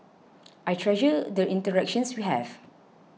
I treasure the interactions we have